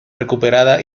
recuperada